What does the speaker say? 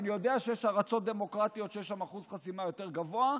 אני יודע שיש ארצות דמוקרטיות שבהן אחוז חסימה יותר גבוה.